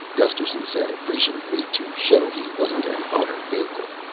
gusterson said appreciatively to show he wasn't an utter yokel.